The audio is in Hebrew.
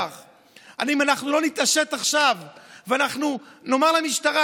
אם אנחנו לא נתעשת עכשיו ונאמר למשטרה: